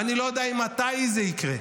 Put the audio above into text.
ואני לא יודע מתי זה יקרה.